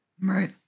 Right